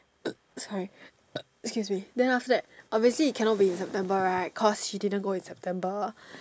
sorry excuse me then after that obviously it can not be in September right cause she didn't go in September